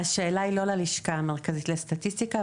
השאלה היא לא ללשכה המרכזית לסטטיסטיקה,